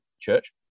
Church